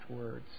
words